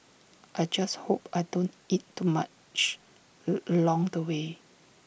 I just hope I don't eat too much A along the way